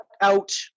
out